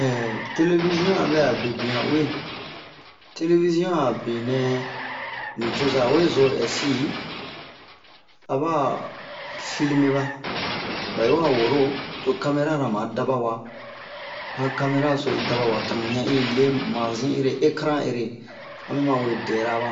televizion yan bɛ a bebian uwe televizion a benɛ ni coza we zo ɛsi a ba filme ba ba'i wa woro to kamera ra ma daba wa han kamera so yi daba wa to mu yan i le manzi ere ekran ere a mi ma we dɛra ba